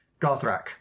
gothrak